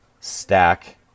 stack